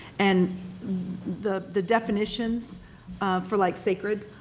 and the the definitions for like, sacred,